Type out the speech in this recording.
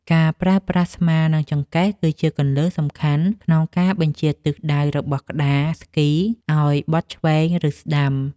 ការប្រើប្រាស់ស្មានិងចង្កេះ គឺជាគន្លឹះសំខាន់ក្នុងការបញ្ជាទិសដៅរបស់ក្ដារស្គីឱ្យបត់ឆ្វេង ឬស្ដាំ។